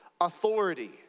authority